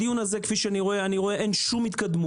בדיון הזה אני רואה שאין שום התקדמות.